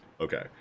okay